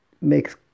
makes